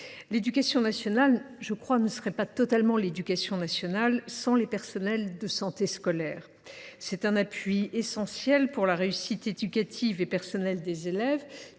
l’éducation nationale ne serait pas totalement elle même sans les personnels de santé scolaire. Cet appui essentiel pour la réussite éducative et personnelle des élèves